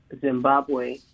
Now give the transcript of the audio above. Zimbabwe